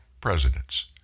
presidents